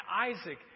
Isaac